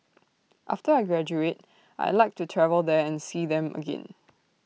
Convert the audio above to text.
after I graduate I'd like to travel there and see them again